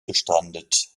gestrandet